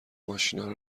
ماشینارو